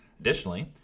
Additionally